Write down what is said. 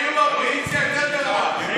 היו באופוזיציה יותר גרוע.